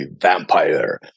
vampire